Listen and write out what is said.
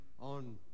on